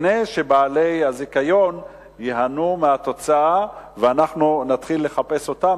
לפני שבעלי הזיכיון ייהנו מהתוצאה ואנחנו נתחיל לחפש אותם,